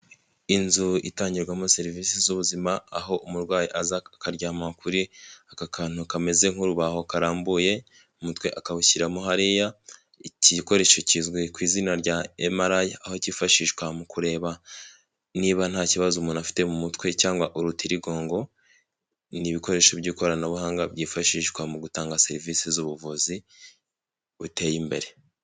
Inzu itangirwamo serivisi z'ubuzima, aho umurwayi akaryama kuri aka kantu kameze nk'urubaho karambuye, umutwe akawushyiramo hariya, iki gikoresho kizwi ku izina rya MRI, aho cyifashishwa mu kureba niba nta kibazo umuntu afite mu mutwe cyangwa urutirigongo, ni ibikoresho by'ikoranabuhanga byifashishwa mu gutanga serivisi z'ubuvuzi buteye imbere.